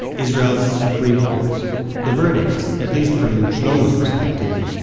israel's supreme court the verdict, at least from shlomo's perspective,